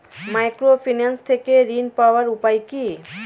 Microfinance থেকে ঋণ পাওয়ার উপায় কি?